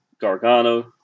Gargano